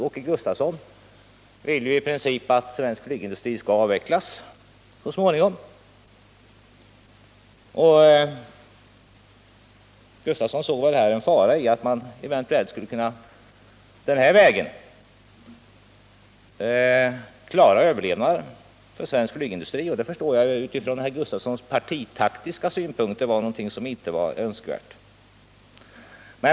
Åke Gustavsson vill ju i princip att svensk flygindustri så småningom skall avvecklas, och han såg väl här en fara i att man eventuellt denna väg skulle klara svensk flygindustris överlevnad. Jag förstår att detta utifrån herr 91 Gustavssons partitaktiska synpunkter inte var önskvärt.